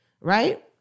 right